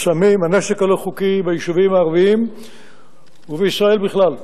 הסמים והנשק הלא-חוקי ביישובים הערביים ובישראל בכלל.